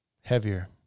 Heavier